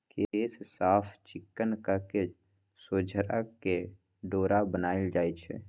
केश साफ़ चिक्कन कके सोझरा के डोरा बनाएल जाइ छइ